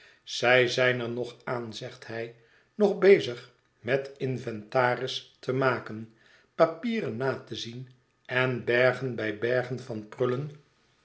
zij zijn er nog aan zegt hij nog bezig met inventaris te maken papieren na te zien en bergen bij bergen van prullen